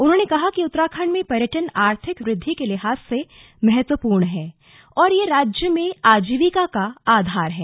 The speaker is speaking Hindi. उन्होंने कहा कि उत्तराखण्ड में पर्यटन आर्थिक वृद्धि के लिहाज से महत्वपूर्ण है और यह राज्य में आजीविका का आधार है